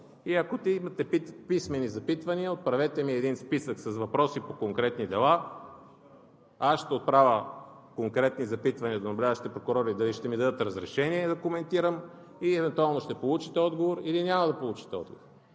Ако имате писмени запитвания, отправете ми един списък с въпроси по конкретни дела. Аз ще отравя конкретни запитвания до наблюдаващите прокурори дали ще ми дадат разрешение да коментирам, и евентуално ще получите отговор, или няма да получите отговор.